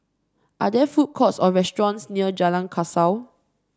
are there food courts or restaurants near Jalan Kasau